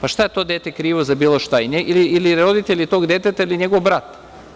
A šta je to dete krivo za bilo šta ili roditelji tog deteta ili njegov brat?